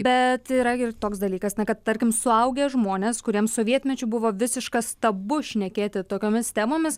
bet yra ir toks dalykas na kad tarkim suaugę žmonės kuriems sovietmečiu buvo visiškas tabu šnekėti tokiomis temomis